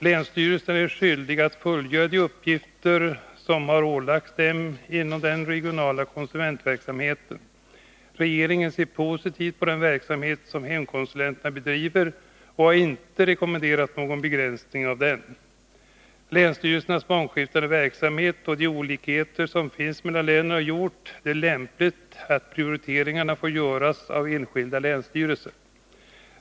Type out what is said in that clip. Länsstyrelserna är skyldiga att fullgöra de uppgifter som har ålagts dem inom den regionala konsumentverksamheten. Regeringen ser positivt på den verksamhet som hemkonsulenterna bedriver och har inte rekommenderat någon begränsning av den. Länsstyrelsernas mångskiftande verksamhet och de olikheter som finns mellan länen har gjort det lämpligt att prioriteringarna får göras av de enskilda länsstyrelserna.